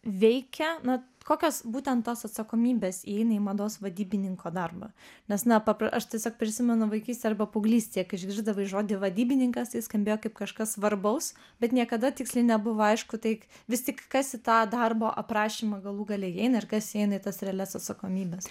veikia na kokios būtent tos atsakomybės įeina į mados vadybininko darbą nes na papra aš tiesiog prisimenu vaikystę arba paauglystėje kai išgirsdavai žodį vadybininkas jis skambėjo kaip kažkas svarbaus bet niekada tiksliai nebuvo aišku tai vis tik kas į tą darbo aprašymą galų gale įeina ir kas įeina į tas realias atsakomybes